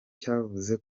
cavuze